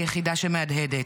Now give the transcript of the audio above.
היחידה שמהדהדת.